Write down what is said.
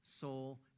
soul